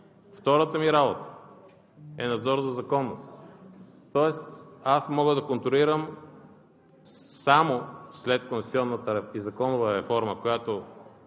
Втората ми работа е надзор за законност. Тоест аз мога да контролирам само след конституционната и законовата реформа, която